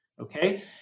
okay